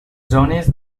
zones